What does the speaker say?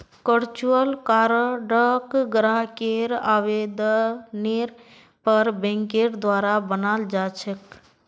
virtual कार्डक ग्राहकेर आवेदनेर पर बैंकेर द्वारा बनाल जा छेक